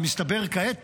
ומסתבר כעת